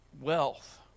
Wealth